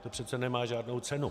To přece nemá žádnou cenu.